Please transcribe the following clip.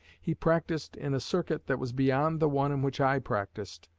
he practiced in a circuit that was beyond the one in which i practiced,